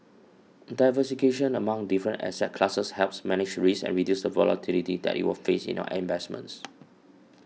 diverse cation among different asset classes helps manage risk and reduce the volatility that you will face in your investments